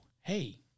hey